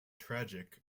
tragic